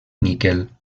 níquel